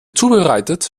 zubereitet